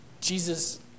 Jesus